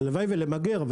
והלוואי גם למגר,